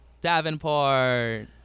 Davenport